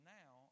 now